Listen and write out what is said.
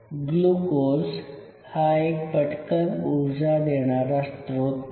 glucose हा एक पटकन उर्जा देणारा स्रोत आहे